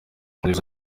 yagize